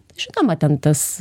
žinoma ten tas